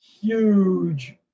huge